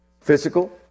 Physical